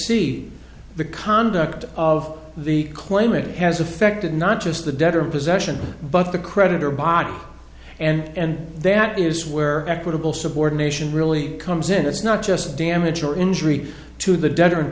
c the conduct of the claimant has affected not just the debtor in possession but the creditor body and that is where equitable subordination really comes in it's not just damage or injury to the debtor in